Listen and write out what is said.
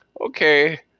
okay